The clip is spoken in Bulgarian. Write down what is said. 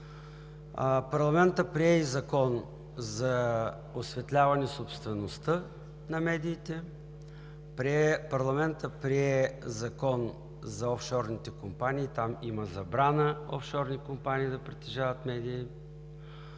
Парламентът прие и Закон за осветляване собствеността на медиите, парламентът прие Закон за офшорните компании – там има забрана офшорни компании да притежават медии,